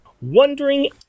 Wondering